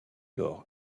lors